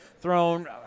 thrown